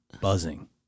buzzing